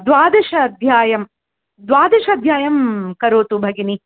द्वादश अध्यायं द्वादश अध्यायं करोतु भगिनि